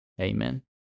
Amen